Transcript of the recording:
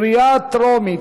בקריאה טרומית.